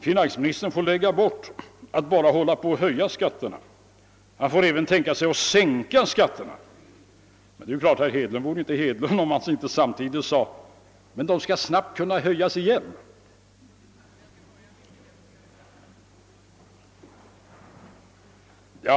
Finansministern får lägga bort att bara hålla på att höja skatterna. Han får även tänka sig att sänka skatterna, men det är klart att herr Hedlund inte vore Hedlund om han inte samtidigt sade: >men de skall snabbt kunna höjas igen>!